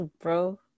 bro